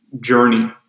journey